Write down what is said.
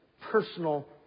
personal